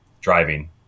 Driving